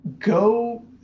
Go